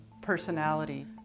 personality